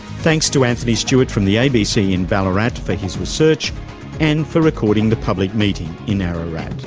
thanks to anthony stewart from the abc in ballarat for his research and for recording the public meeting in ararat.